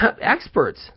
Experts